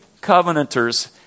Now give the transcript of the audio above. Covenanters